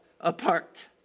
apart